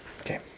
Okay